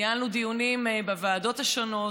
ניהלנו דיונים בוועדות השונות,